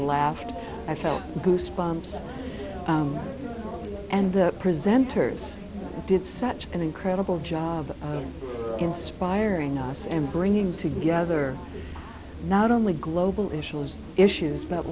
laughed i felt goosebumps and the presenters did such an incredible job on inspiring us and bringing together not only global issues issues but